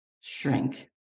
Shrink